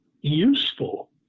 useful